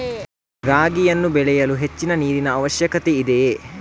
ರಾಗಿಯನ್ನು ಬೆಳೆಯಲು ಹೆಚ್ಚಿನ ನೀರಿನ ಅವಶ್ಯಕತೆ ಇದೆಯೇ?